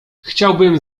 chciałbym